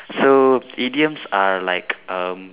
so idioms are like um